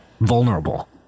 vulnerable